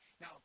Now